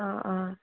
অঁ অঁ